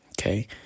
Okay